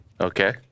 Okay